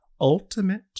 ultimate